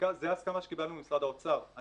זאת ההסכמה שקיבלנו ממשרד האוצר.